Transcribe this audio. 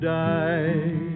die